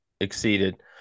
Exceeded